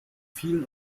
vielen